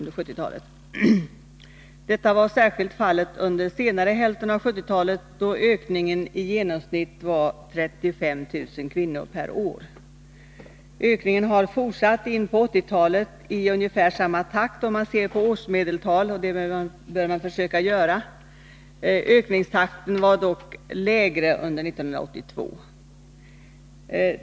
Detta var fallet särskilt under senare hälften av 1970-talet, då ökningen i genomsnitt var 35 000 kvinnor per år. Ökningen har fortsatt in på 1980-talet i samma takt om man ser på årsmedeltal — och det bör man försöka göra. Ökningstakten var dock lägre under 1982.